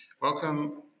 Welcome